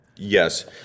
Yes